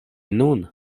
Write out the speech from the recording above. nun